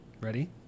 Ready